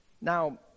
Now